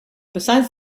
besides